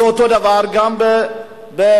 אותו דבר גם בפאבים.